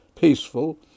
peaceful